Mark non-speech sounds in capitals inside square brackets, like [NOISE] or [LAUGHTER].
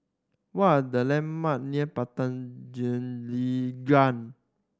what are the landmark near Padang [UNINTELLIGIBLE]